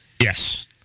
Yes